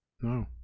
No